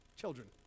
Children